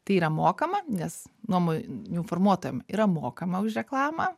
tai yra mokama nes nuomonių formuotojam yra mokama už reklamą